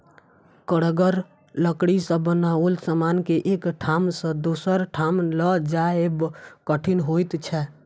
कड़गर लकड़ी सॅ बनाओल समान के एक ठाम सॅ दोसर ठाम ल जायब कठिन होइत छै